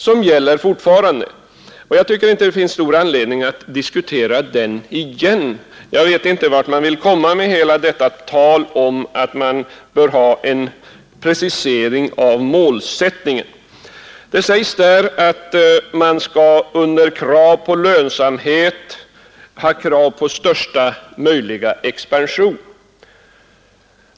Den gäller fortfarande, och jag tycker inte det finns stor anledning att diskutera den igen. — Jag vet inte vart man vill komma med hela detta tal om en precisering av målsättningen. Det sägs där att man skall ”under krav på lönsamhet uppnå största möjliga expansion”.